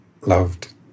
loved